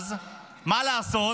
מרכז מה לעשות,